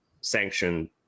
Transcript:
sanction